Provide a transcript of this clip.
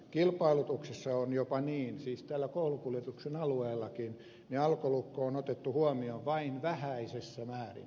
kilpailutuksessa on jopa niin siis tällä koulukuljetuksen alueellakin että alkolukko on otettu huomioon vain vähäisessä määrin